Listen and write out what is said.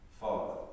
Father